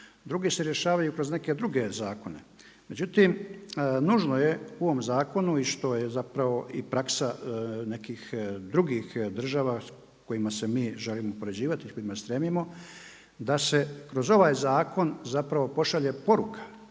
Drugi se rješavaju kroz neke druge zakone, međutim nužno je u ovom zakonu i što je zapravo i praksa nekih drugih država s kojima se mi želimo upoređivati, kojima stremimo da se kroz ovaj zakon zapravo pošalje poruka